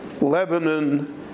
Lebanon